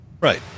Right